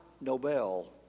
Nobel